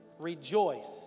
Rejoice